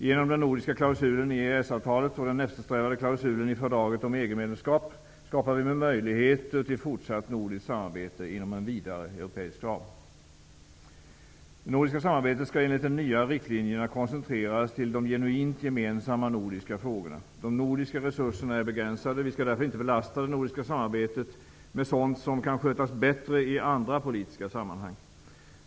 Genom den nordiska klausulen i EES-avtalet och den eftersträvade klausulen i fördraget om EG medlemskap skapar vi möjligheter till fortsatt nordiskt samarbete inom en vidare europeisk ram. Det nordiska samarbetet skall enligt de nya riktlinjerna koncentreras till de genuint gemensamma nordiska frågorna. De nordiska resurserna är begränsade. Vi skall därför inte belasta det nordiska samarbetet med sådant som kan skötas bättre i andra politiska sammahang.